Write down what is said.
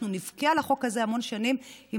אנחנו נבכה על החוק הזה המון שנים אם